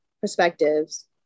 perspectives